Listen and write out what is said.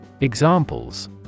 Examples